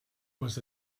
was